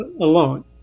alone